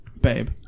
babe